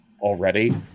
already